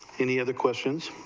any other questions,